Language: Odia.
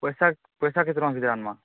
ପଇସା ପଇସା କେତେ ଆଣ୍ମା